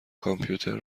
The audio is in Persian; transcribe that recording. کامپیوتر